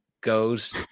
goes